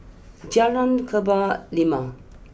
Jalan Kebun Limau